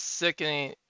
sickening